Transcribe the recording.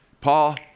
Paul